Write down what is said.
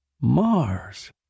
Mars